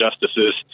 justices